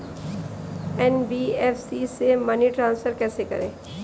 NBFC से money transfer कैसे करें?